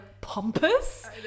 pompous